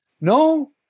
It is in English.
No